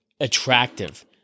attractive